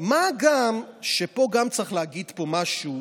מה גם שפה צריך להגיד משהו: